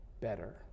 better